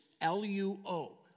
L-U-O